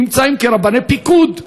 נמצאים כרבני פיקוד,